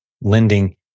lending